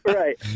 right